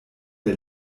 der